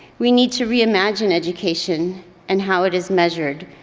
we need to reimagine education and how it is measured,